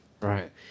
right